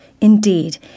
Indeed